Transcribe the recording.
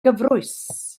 gyfrwys